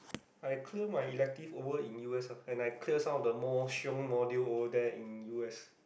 I clear my elective over in U_S ah and I clear some of the more shiong module over there in U_S